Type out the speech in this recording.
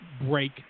break